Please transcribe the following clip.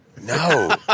No